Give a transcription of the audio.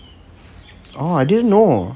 oh I didn't know